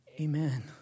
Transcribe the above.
Amen